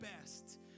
best